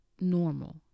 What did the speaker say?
normal